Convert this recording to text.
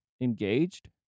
engaged